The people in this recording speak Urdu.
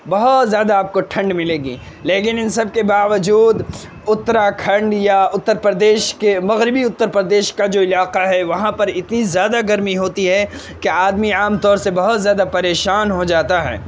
بہت زیادہ آپ کو ٹھنڈ ملے گی لیکن ان سب کے باوجود اتراکھنڈ یا اتر پردیش کے مغربی اتر پردیش کا جو علاقہ ہے وہاں پر اتنی زیادہ گرمی ہوتی ہے کہ آدمی عام طور سے بہت زیادہ پریشان ہو جاتا ہے